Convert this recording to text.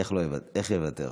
איך יוותר?